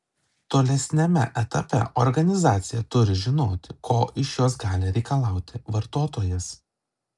tolesniame etape organizacija turi žinoti ko iš jos gali reikalauti vartotojas